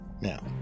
Now